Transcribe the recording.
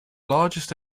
largest